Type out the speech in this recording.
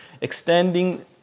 extending